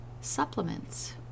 supplements